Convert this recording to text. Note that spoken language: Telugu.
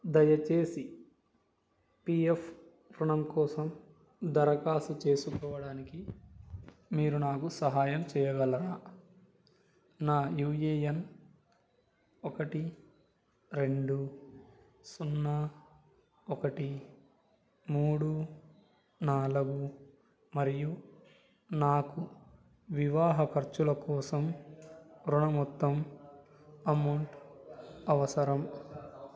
దయచేసి పీ ఎఫ్ రుణం కోసం దరఖాస్తు చేసుకోవడానికి మీరు నాకు సహాయం చేయగలరా నా యూ ఏ ఎన్ ఒకటి రెండు సున్నా ఒకటి మూడు నాలుగు మరియు నాకు వివాహ ఖర్చుల కోసం రుణ మొత్తం అమౌంట్ అవసరం